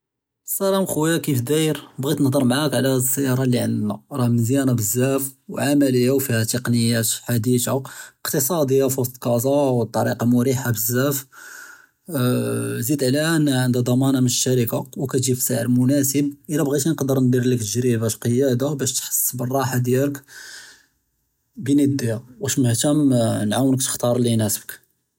סְלָאם חוּיָא כִּיף דָאיֶר בָּעְ'יִית נְהְדֶר מַעָאק עַל הָאדּ אֶסְיַארָה אֶלְלִי עָאנְדְנָא רָאה מְזִיַאנָה בְּזָאפ וְעָאמַלִיַּה וּפִיהָא תֶקְנִיוֹת חָדִיתַה אִקְתִצָאדִיַּה פְּוַסְט כָּאזָא וּאֶטְּרִיק מְרִיחָה בְּזָאפ, זִיד עָלִיהָ אַנ עָאנְדְהָא דַּמָאנַה מִן אֶשִּׁירְכָּה וְכָאתְגִ'י בִּסְעֶ'ר מֻנָאסֵב, אִילָא בְּעְ'יִית נְקְדֶר נְדִיר לְכּ תַגְ'רִבַּת קִיַאדָה בָּאש תְּחְס בִּרָאחְתֶּכ בֵּין יְדִיָּא, וָאש מַעְנָאתְהָא נְעָאוֶנְכ תְּכְּתָ'אר אֶלְלִי יְנָאסֶבֶּכ.